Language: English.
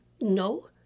No